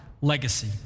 legacy